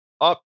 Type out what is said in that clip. up